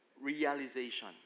realization